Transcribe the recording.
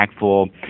impactful